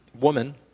woman